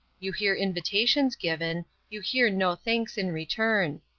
you hear invitations given you hear no thanks in return.